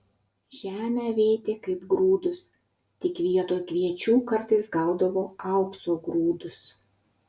žemę vėtė kaip grūdus tik vietoj kviečių kartais gaudavo aukso grūdus